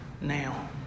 now